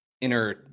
inner